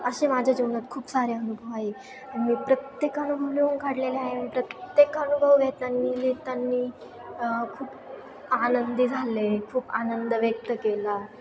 असे माझ्या जीवनात खूप सारे अनुभव आहे मी प्रत्येक अनुभव लिहून काढलेले आहे प्रत्येक अनुभव घेताना लिहिताना खूप आनंदी झाले खूप आनंद व्यक्त केला